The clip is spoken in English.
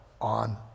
on